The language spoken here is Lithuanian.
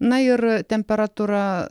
na ir temperatūra